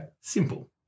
Simple